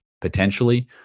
potentially